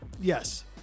Yes